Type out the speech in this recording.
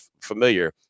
familiar